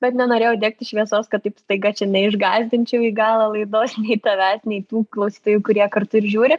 bet nenorėjau degti šviesos kad taip staiga čia neišgąsdinčiau į galą laidos nei tavęs nei tų klausytojų kurie kartu ir žiūri